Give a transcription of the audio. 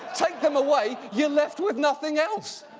take them away, you're left with nothing else!